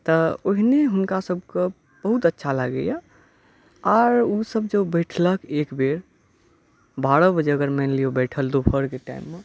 तऽ ओहिने हुनका सबके बहुत अच्छा लागैया आर ओ सब जे बैठलक एकबेर बारह बजे अगर मानि लियऽ बैठल दुपहरके टाइम मे